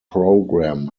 program